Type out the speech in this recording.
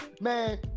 Man